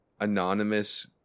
anonymous